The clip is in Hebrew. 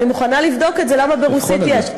אני מוכנה לבדוק את זה, למה ברוסית יש.